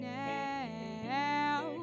now